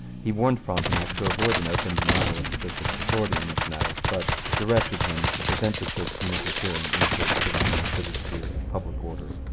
he warned frontenac to avoid an open denial of the bishop's authority in this matter, but directed him to prevent the church from interfering in a case belonging to the sphere of public order.